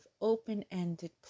open-ended